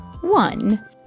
One